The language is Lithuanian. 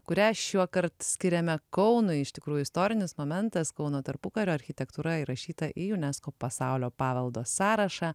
kurią šiuokart skiriame kaunui iš tikrųjų istorinis momentas kauno tarpukario architektūra įrašyta į unesco pasaulio paveldo sąrašą